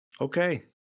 Okay